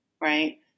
right